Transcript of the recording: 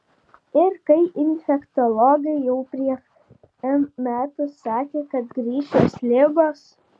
ir kai infektologai jau prieš n metų sakė kad grįš šios ligos